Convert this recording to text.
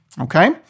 okay